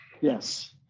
Yes